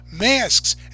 masks